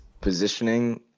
positioning